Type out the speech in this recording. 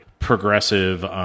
progressive